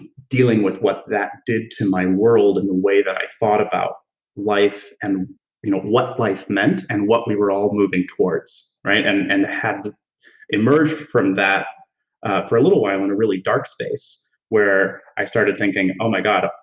dealing with what that did to my world and the way that i thought about life and you know what life meant and what we were all moving towards, right? and and had emerged from that for a little while in a really dark space where i started thinking, oh my god,